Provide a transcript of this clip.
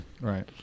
Right